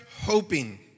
hoping